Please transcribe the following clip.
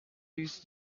his